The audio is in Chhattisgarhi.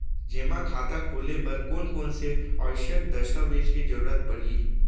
जेमा खाता खोले बर कोन कोन से आवश्यक दस्तावेज के जरूरत परही?